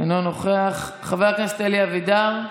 אינו נוכח, חבר הכנסת אלי אבידר,